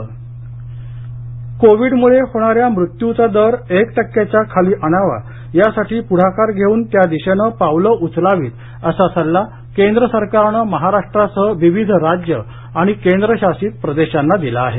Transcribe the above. Covid कोविडमुळे होणाऱ्या मृत्यूचा दर एक टक्क्याच्या खाली आणावा यासाठी पुढाकार घेऊन त्या दिशेनं पावलं उचलावीत असा सल्ला केंद्र सरकारनं महाराष्ट्रासह विविध राज्य आणि केंद्रशासित प्रदेशांना दिला आहे